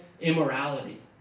immorality